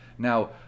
Now